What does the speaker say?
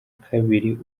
kabiri